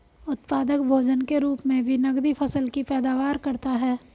उत्पादक भोजन के रूप मे भी नकदी फसल की पैदावार करता है